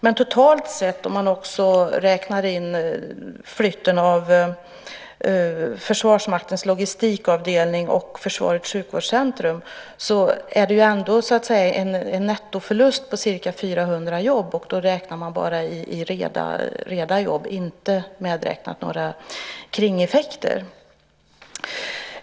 Men om man också räknar in flytten av Försvarsmaktens logistikavdelning och Försvarets sjukvårdscentrum är det ändå totalt sett en nettoförlust på ca 400 jobb. Då räknar man bara i reda jobb och inte medräknat några kringeffekter.